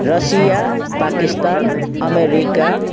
Russia Pakistan America